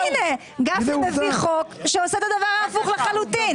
גפני מביא חוק שעושה את הדבר ההפוך לחלוטין,